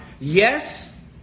yes